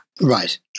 Right